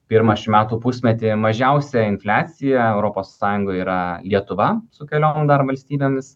pirmą šių metų pusmetį mažiausia infliacija europos sąjungoj yra lietuva su keliom dar valstybėmis